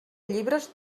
llibres